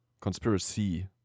Conspiracy